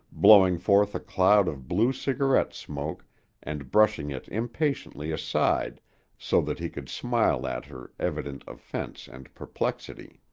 blowing forth a cloud of blue cigarette smoke and brushing it impatiently aside so that he could smile at her evident offense and perplexity.